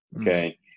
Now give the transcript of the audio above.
okay